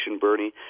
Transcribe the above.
Bernie